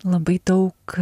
labai daug